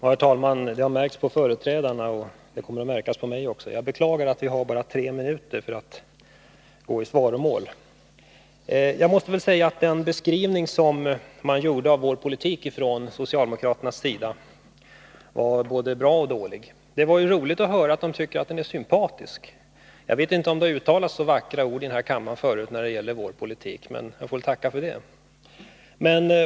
Herr talman! Det har märkts på företrädarna, och det kommer att märkas på mig också, att vi bara har tre minuter för att gå i svaromål — jag beklagar det. Jag måste säga att den beskrivning som man gjorde av vår politik från socialdemokraternas sida var både bra och dålig. Det var ju roligt att höra att de tycker att den är sympatisk. Jag vet inte om det har uttalats så vackra ord i den här kammaren förut när det gäller vår politik, men jag tackar för dessa ord.